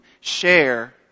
share